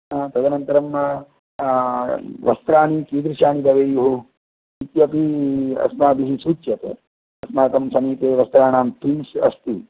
तदनन्तरं वस्त्राणि कीदृशानि भवेयुः इत्यपि अस्माभिः सूच्यते अस्माकं समीपे वस्त्राणां तीम्स् अस्ति